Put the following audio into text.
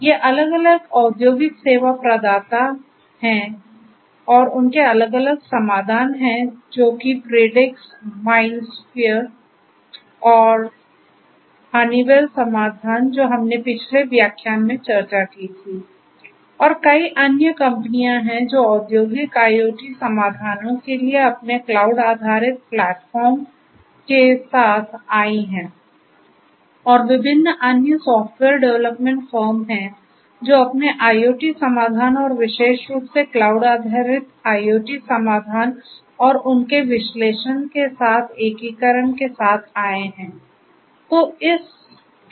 ये अलग अलग औद्योगिक सेवा प्रदाता हैं और उनके अलग अलग समाधान है जैसे कि प्रिडिक्स माइंडस्फेयर और हनीवेल समाधान जो हमने पिछले व्याख्यान में चर्चा की थी और कई अन्य कंपनियां हैं जो औद्योगिक IoT समाधानों के लिए अपने क्लाउड आधारित प्लेटफ़ॉर्म के साथ आई हैं और विभिन्न अन्य सॉफ़्टवेयर डेवलपमेंट फ़र्म हैं जो अपने IoT समाधान और विशेष रूप से क्लाउड आधारित IoT समाधान और उनके विश्लेषण के साथ एकीकरण के साथ आए हैं